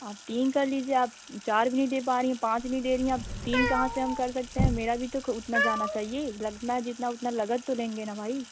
तीन कर लीजिए आप चार भी नहीं दे पा रहीं पाँच नहीं दे रही आप तीन कहाँ से हम कर सकते हैं मेरा भी तो खू उतना जाना चाहिए लगना जितना उतना लगत तो लेंगे ना भाई